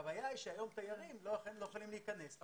הבעיה היא שהיום תיירים לא יכולים להיכנס.